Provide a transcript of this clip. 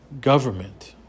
government